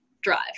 drive